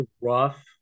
rough